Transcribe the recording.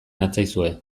natzaizue